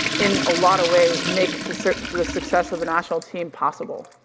in a lot of ways, make the the success of the national team possible.